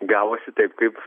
gavosi taip kaip